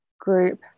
group